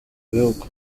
bihugu